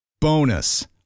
Bonus